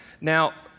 now